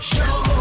Show